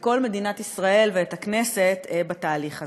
כל מדינת ישראל ואת הכנסת בתהליך הזה.